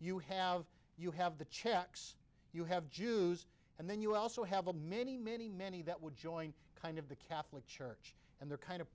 you have you have the czechs you have jews and then you also have a many many many that would join kind of the catholic church and their kind of